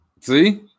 See